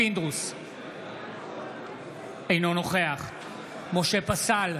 אינו נוכח משה פסל,